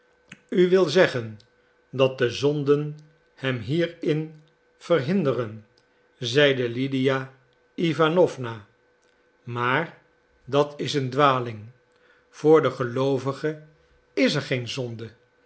u wil zeggen dat de zonden hem hierin verhinderen zeide lydia iwanowna maar dat is een dwaling voor den geloovige is er geen zonde